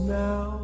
now